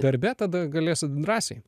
darbe tada galėsit drąsiai